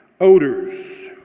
Odors